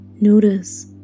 Notice